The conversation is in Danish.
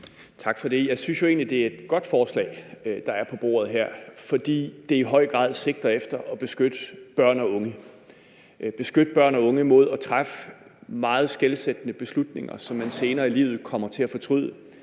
Tak for det. Jeg synes jo egentlig, det er et godt forslag, der er på bordet her, fordi det i høj grad sigter efter at beskytte børn og unge, nemlig beskytte børn og unge mod at træffe meget skelsættende beslutninger, som man senere i livet kommer til at fortryde.